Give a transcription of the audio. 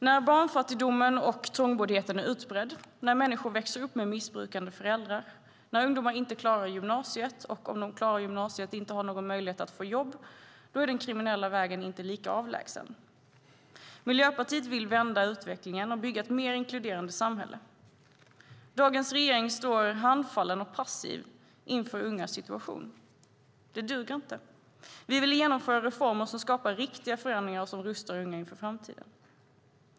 När barnfattigdomen och trångboddheten är utbredd, när människor växer upp med missbrukande föräldrar, när ungdomar inte klarar gymnasiet och om de klarar gymnasiet inte har någon möjlighet att få jobb, då är den kriminella vägen inte lika avlägsen. Miljöpartiet vill vända utvecklingen och bygga ett mer inkluderande samhälle. Dagens regering står handfallen och passiv inför ungas situation. Det duger inte. Vi vill genomföra reformer som skapar riktiga förändringar och rustar unga inför framtiden.